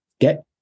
get